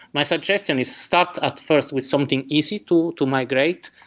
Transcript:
my suggestion is start at first with something easy to to migrate,